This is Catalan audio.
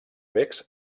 becs